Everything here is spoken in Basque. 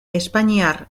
espainiar